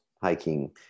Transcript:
hiking